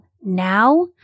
now